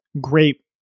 Great